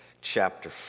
chapter